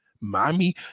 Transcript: Mommy